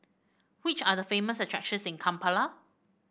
which are the famous attractions in Kampala